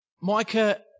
Micah